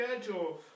schedule